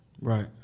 Right